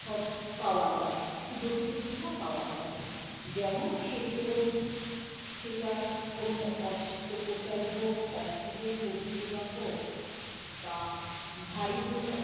সব পাওয়া যায় সুযোগ সুবিধা পাওয়া যায় যেমন সেগুলো সেটা কোনো অস্ত্রোপচার হোক অক্সিজেন পরিষেবা হোক বা ভারী কোনো